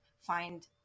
find